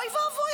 אוי ואבוי,